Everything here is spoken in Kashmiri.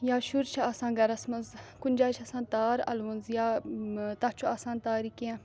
یا شُرۍ چھِ آسان گَرَس مَنٛز کُنہِ جایہِ چھِ آسان تار اَلوٕنز یا تَتھ چھُ آسان تارِ کینٛہہ